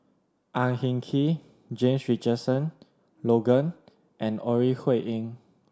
Ang Hin Kee James Richardson Logan and Ore Huiying